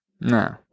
No